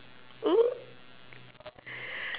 oo